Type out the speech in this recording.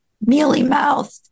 mealy-mouthed